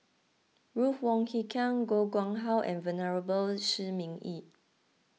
Ruth Wong Hie King Koh Nguang How and Venerable Shi Ming Yi